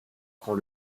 prend